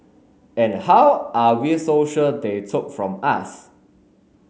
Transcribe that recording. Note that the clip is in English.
and how are we so sure they took from us